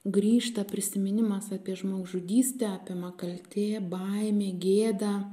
grįžta prisiminimas apie žmogžudystę apima kaltė baimė gėda